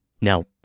Now